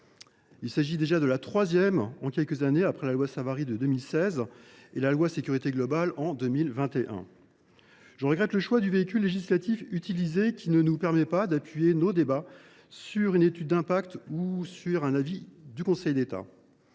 Il s’agit de la troisième en quelques années, après la loi Savary de 2016 et la loi dite Sécurité globale de 2021. Je regrette le choix de ce véhicule législatif, qui ne nous permet d’appuyer nos débats ni sur une étude d’impact ni sur un avis du Conseil d’État.